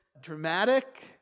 dramatic